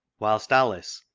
whilst alice,